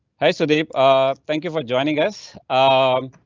hi so deep ah thank you for joining us, ah?